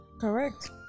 Correct